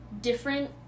different